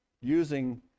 using